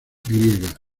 griega